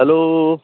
hello